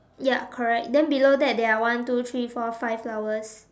ya correct then below that there are one two three four five flowers